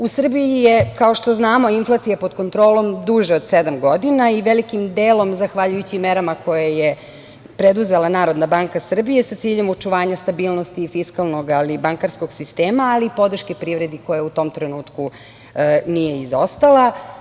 U Srbiji je, kao što znamo, inflacija pod kontrolom duže od sedam godina, velikim delom zahvaljujući merama koje je preduzela NBS, sa ciljem očuvanja stabilnosti fiskalnog i bankarskog sistema, ali i podrške privredi, koja u tom trenutku nije izostala.